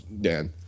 Dan